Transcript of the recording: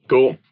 Cool